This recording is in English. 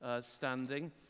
standing